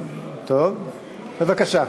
בבקשה.